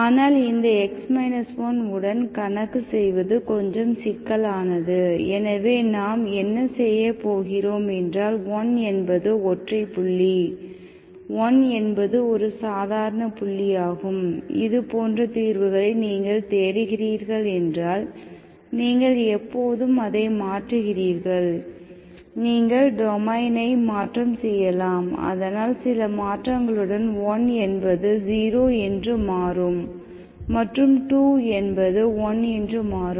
ஆனால் இந்த x 1 உடன் கணக்கு செய்வது கொஞ்சம் சிக்கலானது எனவே நாம் என்ன செய்ய போகிறோம் என்றால் 1 என்பது ஒற்றை புள்ளி 1 என்பது ஒரு சாதாரண புள்ளியாகும் இது போன்ற தீர்வுகளை நீங்கள் தேடுகிறீர்கள் என்றால் நீங்கள் எப்போதும் அதை மாற்றுகிறீர்கள் நீங்கள் டொமைனை மாற்றம் செய்யலாம் அதனால் சில மாற்றங்களுடன் 1 என்பது 0 என்று மாறும் மற்றும் 2 என்பது 1 என்று மாறும்